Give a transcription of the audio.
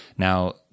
Now